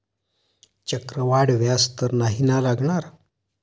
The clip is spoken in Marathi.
चक्रवाढ व्याज तर नाही ना लागणार?